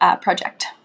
project